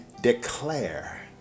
declare